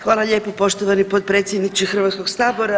Hvala lijepa poštovani potpredsjedniče Hrvatskog sabora.